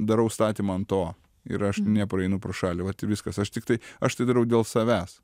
darau statymą ant to ir aš nepraeinu pro šalį vat ir viskas aš tiktai aš tai darau dėl savęs